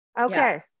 Okay